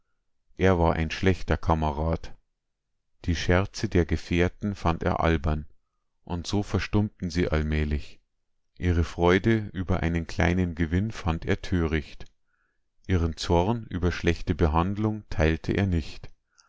er war ein schlechter kamerad die scherze der gefährten fand er albern und so verstummten sie allmählich ihre freude über einen kleinen gewinn fand er töricht ihren zorn über schlechte behandlung teilte er nicht